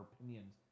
opinions